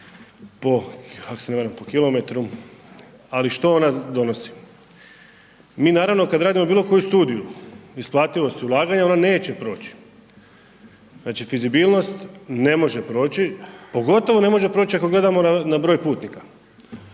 po kilometru. Ali što ona donosi? Mi naravno, kad radimo bilo koju studiju isplativosti ulaganja, ona neće proći. Znači fizibilnost ne može proći, pogotovo ne može proći ako gledamo na broj putnika